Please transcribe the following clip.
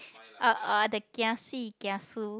uh uh the kiasi kiasu